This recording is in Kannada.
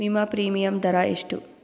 ವಿಮಾ ಪ್ರೀಮಿಯಮ್ ದರಾ ಎಷ್ಟು?